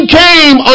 came